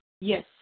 Yes